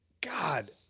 God